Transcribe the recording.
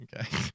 Okay